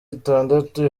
itandatu